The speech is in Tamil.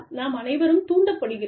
நாம் அனைவரும் தூண்டப்படுகிறோம்